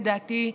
לדעתי,